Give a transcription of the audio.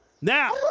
now